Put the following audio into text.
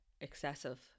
excessive